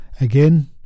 Again